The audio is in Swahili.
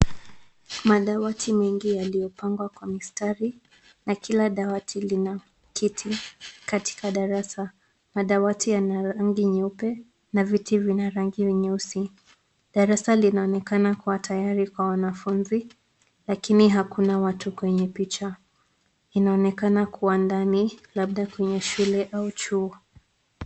Madawati mengi yaliyopangwa kwa mistari na kila dawati lina kiti katika darasa. Madawati yana rangi nyeupe na viti vina rangi nyeusi. Darasa linaonekana kuwa tayari kwa wanafunzi lakini hakuna watu kwenye picha. Inaonekana kuwa ndani labda kwenye shule au chuo.